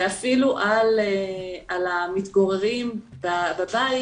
ואפילו על המתגוררים בבית,